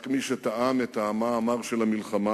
רק מי שטעם את טעמה המר של המלחמה,